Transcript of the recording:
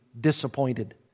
disappointed